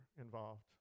involved